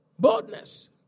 Boldness